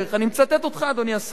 אני מצטט אותך, אדוני השר: